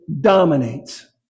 dominates